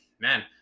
man